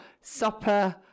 supper